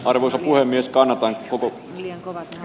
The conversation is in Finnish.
arvoisa puhemies